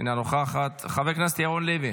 אינה נוכחת, חבר הכנסת ירון לוי,